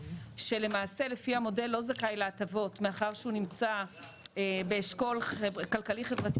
שלמעשה לפי המודל לא זכאי להטבות מאחר שהוא נמצא באשכול כלכלי חברתי